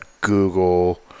Google